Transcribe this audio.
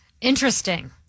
Interesting